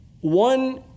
One